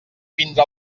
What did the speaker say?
vindre